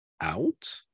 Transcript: out